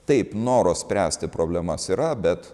taip noro spręsti problemas yra bet